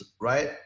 right